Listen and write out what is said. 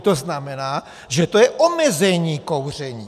To znamená, že to je omezení kouření.